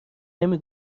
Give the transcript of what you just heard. نمی